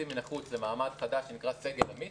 מן החוץ למעמד חדש שנקרא "סגל עמית",